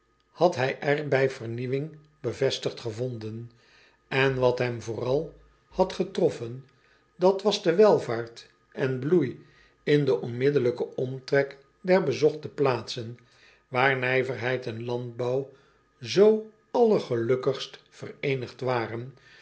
had hij er bij vernieuwing bevestigd gevonden n wat hem vooral had getroffen dat was de welvaart en bloei in den onmiddellijken omtrek der bezochte plaatsen waar nijverheid en landbouw zoo allergelukkigst vereenigd waren